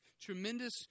tremendous